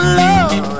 love